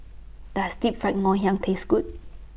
Does Deep Fried Ngoh Hiang Taste Good